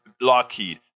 Lockheed